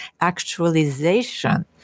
actualization